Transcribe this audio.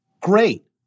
great